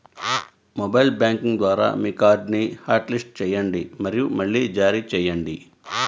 mobile banking ద్వారా మీ కార్డ్ని హాట్లిస్ట్ చేయండి మరియు మళ్లీ జారీ చేయండి